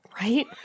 right